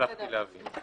הצלחתי להבין.